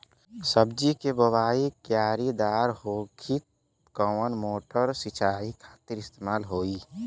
सब्जी के बोवाई क्यारी दार होखि त कवन मोटर सिंचाई खातिर इस्तेमाल होई?